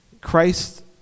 Christ